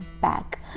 back